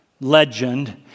legend